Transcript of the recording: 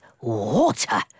water